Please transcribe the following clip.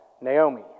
Naomi